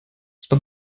что